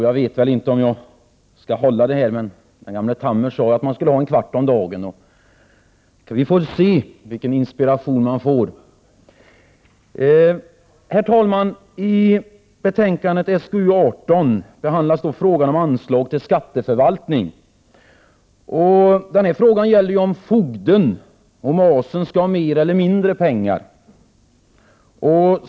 Jag vet inte om jag skall hålla den tiden, men den gamle Arne Tammer sade ju att man skulle använda en kvart om dagen. Jag får väl se vilken inspiration jag får. Herr talman! I betänkandet SkU18 behandlas frågan om anslagen till skatteförvaltningen. Denna fråga gäller om fogden och masen skall ha mer eller mindre pengar.